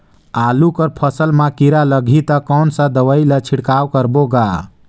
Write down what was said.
आलू कर फसल मा कीरा लगही ता कौन सा दवाई ला छिड़काव करबो गा?